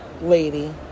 lady